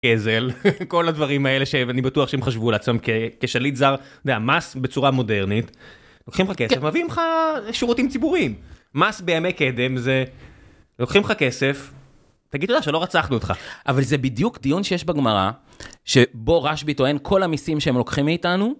כל הדברים האלה שאני בטוח שהם חשבו על לעצמם כשליט זר, זה המס בצורה מודרנית, לוקחים לך כסף, מביאים לך שירותים ציבוריים, מס בימי קדם זה, לוקחים לך כסף, תגידי תודה שלא רצחנו אותך. אבל זה בדיוק דיון שיש בגמרא, שבו רשב"י טוען כל המיסים שהם לוקחים מאיתנו.